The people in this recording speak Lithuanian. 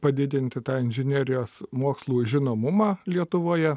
padidinti tą inžinerijos mokslų žinomumą lietuvoje